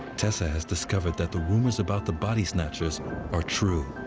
tessa has discovered that the rumors about the body snatchers are true.